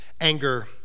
anger